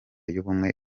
y’ubumwe